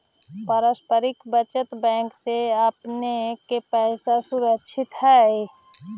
पारस्परिक बचत बैंक में आपने के पैसा सुरक्षित हेअ